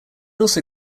also